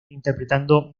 interpretando